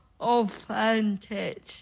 authentic